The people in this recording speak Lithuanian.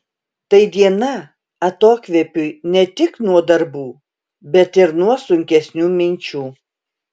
tai diena atokvėpiui ne tik nuo darbų bet ir nuo sunkesnių minčių